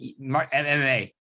MMA